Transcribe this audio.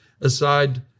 aside